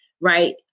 right